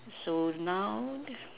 so now